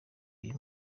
uyu